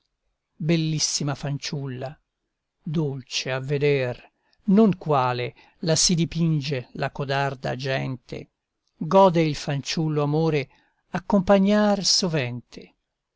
bellissima fanciulla dolce a veder non quale la si dipinge la codarda gente gode il fanciullo amore accompagnar sovente